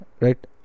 right